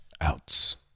outs